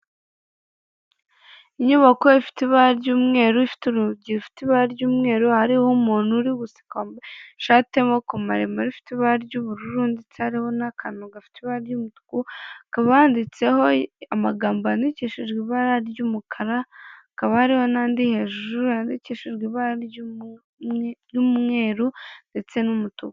Inyubako ifite ibara ry'umweru, ifite urugi rufite ibara ry'umweru, hariho umuntu uri guseka wambaye ishati y'amaboko maremare, ifite ibara ry'ubururu ndetse hari n'akantu gafite ibara ry'umutuku, hakaba handitseho amagambo yandikishijwe ibara ry'umukara, hakaba hariho n'andi hejuru yandikishijwe ibara ry'umweru ndetse n'umutuku.